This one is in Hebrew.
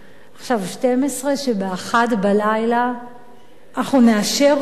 עכשיו השעה 24:00, שב-01:00 אנחנו נאשר חוק